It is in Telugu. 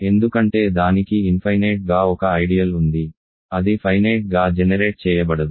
ఎందుకంటే దానికి ఇన్ఫైనేట్ గా ఒక ఐడియల్ ఉంది అది ఫైనేట్ గా జెనెరేట్ చేయబడదు